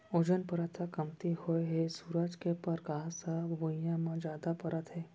ozone परत ह कमती होए हे सूरज के परकास ह भुइयाँ म जादा परत हे